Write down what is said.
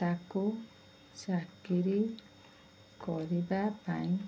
ତାକୁ ଚାକିରି କରିବା ପାଇଁ